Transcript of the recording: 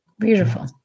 Beautiful